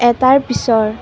এটাৰ পিছৰ